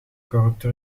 corrupte